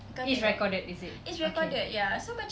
it's recorded is it okay